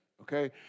Okay